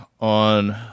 on